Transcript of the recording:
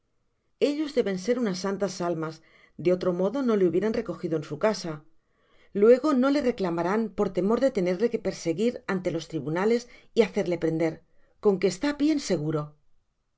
ellos deben ser unas sanias almas de otro modo no le hubieran recojido en su casa luego no le reclamarán por temor de tenerle que perseguir ante los tribunales y hacerle prender con que está bien seguro